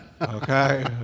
Okay